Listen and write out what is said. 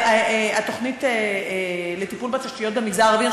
התוכנית לטיפול בתשתיות במגזר הערבי.